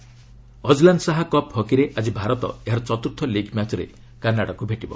hockey Azlan Shah cup ହକିରେ ଆଜି ଭାରତ ଏହାର ଚତୁର୍ଥ ଲିଗ୍ ମ୍ୟାଚ୍ରେ କାନାଡାକୁ ଭେଟିବ